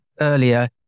earlier